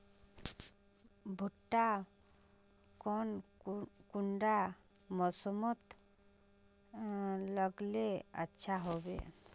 भुट्टा कौन कुंडा मोसमोत लगले अच्छा होबे?